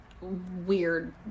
weird